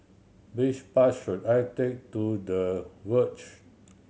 which bus should I take to The Verge